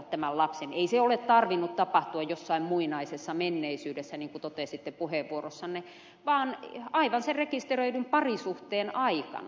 ei sen ole tarvinnut tapahtua jossain muinaisessa menneisyydessä niin kuin totesitte puheenvuorossanne vaan aivan sen rekisteröidyn parisuhteen aikana